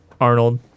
Arnold